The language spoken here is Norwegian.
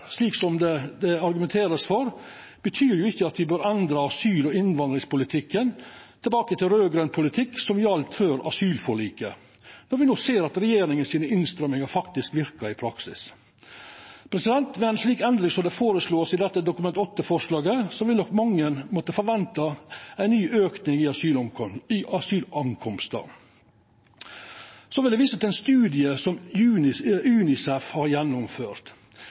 det vert argumentert for, betyr ikkje at me bør endra asyl- og innvandringspolitikken tilbake til raud-grøn politikk som gjaldt før asylforliket, når me no ser at regjeringas innstrammingar faktisk verkar i praksis. Ved ei slik endring som vert føreslått i dette Dokument 8-forslaget, vil nok mange måtta forventa ein ny auke i asylinnkomstar. Så vil eg visa til ein studie som UNICEF har gjennomført.